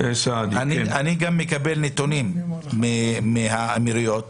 גם מקבל נתונים מהאמירויות